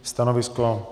Stanovisko?